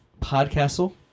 podcastle